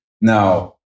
now